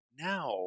now